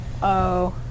-oh